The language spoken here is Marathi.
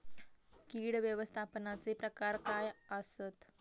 कीड व्यवस्थापनाचे प्रकार काय आसत?